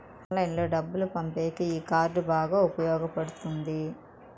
ఆన్లైన్లో డబ్బులు పంపేకి ఈ కార్డ్ బాగా ఉపయోగపడుతుంది